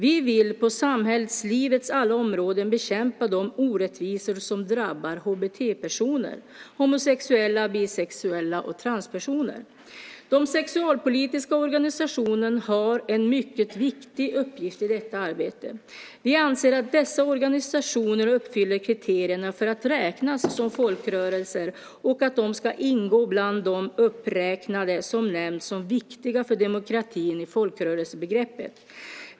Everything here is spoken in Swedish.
Vi vill på samhällslivets alla områden bekämpa de orättvisor som drabbar HBT-personer: homosexuella, bisexuella och transpersoner. De sexualpolitiska organisationerna har en mycket viktig uppgift i detta arbete. Vi anser att dessa organisationer uppfyller kriterierna för att räknas som folkrörelser och att de ska ingå bland de uppräknade som nämns som viktiga för demokratin i folkrörelsebegreppet.